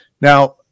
Now